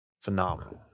phenomenal